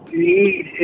need